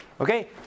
Okay